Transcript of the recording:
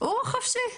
הוא חופשי.